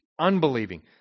unbelieving